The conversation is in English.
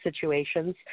situations